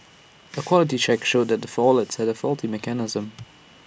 A quality check showed the wallets had A faulty mechanism